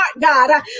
God